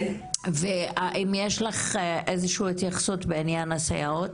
ואם יש לך איזו שהיא התייחסות בעניין הסייעות